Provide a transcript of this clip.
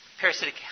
parasitic